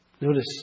Notice